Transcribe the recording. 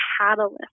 catalyst